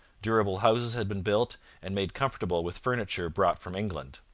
durable houses had been built and made comfortable with furniture brought from england,